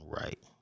Right